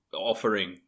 offering